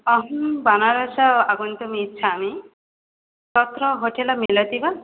अहं बनारस् आगन्तुमिच्छामि तत्र होटेल् मिलति वा